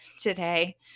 today